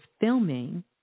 filming